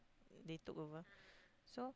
they took over so